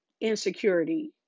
insecurity